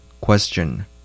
Question